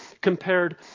compared